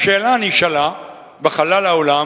השאלה שנשאלה בחלל האולם: